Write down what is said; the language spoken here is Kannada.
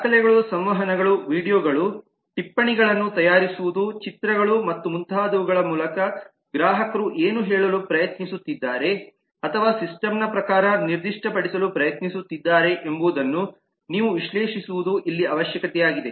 ದಾಖಲೆಗಳು ಸಂವಹನಗಳು ವೀಡಿಯೊಗಳು ಟಿಪ್ಪಣಿಗಳನ್ನು ತಯಾರಿಸುವುದು ಚಿತ್ರಗಳು ಮತ್ತು ಮುಂತಾದವುಗಳ ಮೂಲಕ ಗ್ರಾಹಕರು ಏನು ಹೇಳಲು ಪ್ರಯತ್ನಿಸುತ್ತಿದ್ದಾರೆ ಅಥವಾ ಸಿಸ್ಟಮ್ನ ಪ್ರಕಾರ ನಿರ್ದಿಷ್ಟಪಡಿಸಲು ಪ್ರಯತ್ನಿಸುತ್ತಿದ್ದಾರೆ ಎಂಬುದನ್ನು ನೀವು ವಿಶ್ಲೇಷಿಸುವುದು ಇಲ್ಲಿ ಅವಶ್ಯಕತೆಯಾಗಿದೆ